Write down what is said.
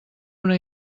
una